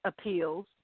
appeals